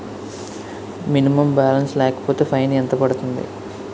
Minimum balance లేకపోతే fine ఎంత పడుతుంది?